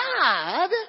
God